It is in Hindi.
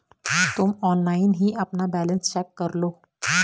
तुम ऑनलाइन ही अपना बैलन्स चेक करलो